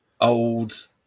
old